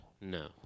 No